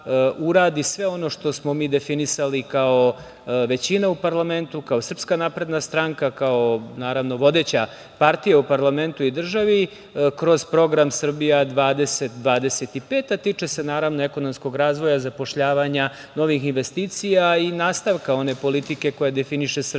sve ono što smo mi definisali kao većina u parlamentu, kao SNS, kao, naravno, vodeća partija u parlamentu i državi, kroz program "Srbija 2025", a tiče se ekonomskog razvoja, zapošljavanja, novih investicija i nastavka one politike koja definiše Srbiju